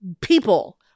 people